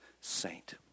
saint